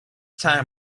time